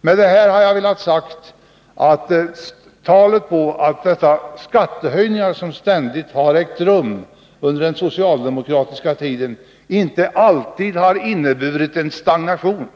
Med detta har jag velat säga att dessa skattehöjningar, som man ständigt framhåller har ägt rum under den socialdemokratiska tiden, inte alltid har inneburit en stagnation.